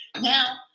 Now